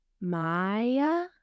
Maya